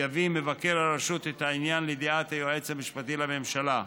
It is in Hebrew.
יביא מבקר הרשות את העניין לידיעת היועץ המשפטי לממשלה.